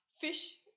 Fish